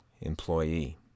employee